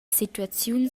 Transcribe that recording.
situaziun